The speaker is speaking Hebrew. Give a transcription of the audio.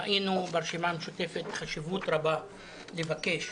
ראינו ברשימה המשותפת חשיבות רבה לבקש